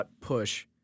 push